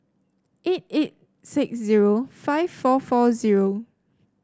eight eight six zero five four four zero